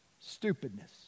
stupidness